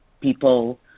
people